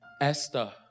Esther